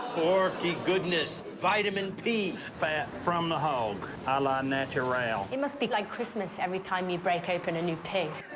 porky goodness! vitamin p! fat from the hog, a ah la natural. it must be like christmas every time you break open a new pig.